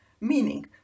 meaning